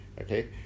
okay